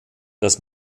das